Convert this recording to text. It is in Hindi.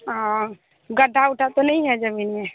हाँ गड्ढा उढ़ा तो नहीं है ज़मीन में